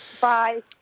Bye